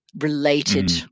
related –